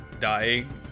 dying